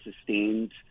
sustained